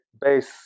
base